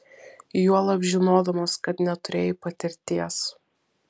juolab žinodamas kad neturėjai patirties